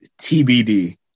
TBD